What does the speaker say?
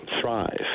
thrive